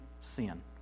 sin